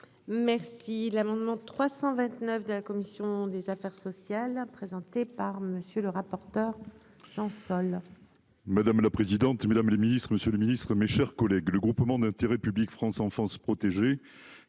Merci l'amendement 329 de la commission des affaires sociales présenté par monsieur le rapporteur Jean Sol.